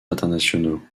internationaux